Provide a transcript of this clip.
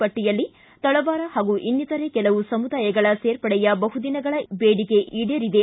ಪಟ್ಟಿಯಲ್ಲಿ ತಳವಾರ ಹಾಗೂ ಇನ್ನಿತರೆ ಕೆಲವು ಸಮುದಾಯಗಳ ಸೇರ್ಪಡೆಯ ಬಹುದಿನಗಳ ಬೇಡಿಕೆ ಈಡೇರಿದೆ